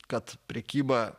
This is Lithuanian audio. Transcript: kad prekyba